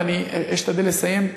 ואני אשתדל לסיים,